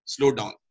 slowdown